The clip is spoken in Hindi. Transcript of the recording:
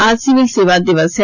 आज सिविल सेवा दिवस है